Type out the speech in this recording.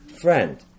friend